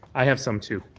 i have some too.